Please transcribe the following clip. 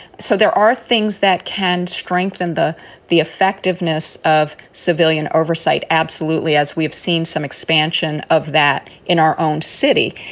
so there are things that can strengthen the the effectiveness of civilian oversight. absolutely. as we have seen some expansion of that in our own city.